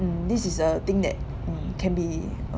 mm this is a thing that mm can be